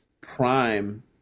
Prime